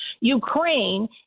Ukraine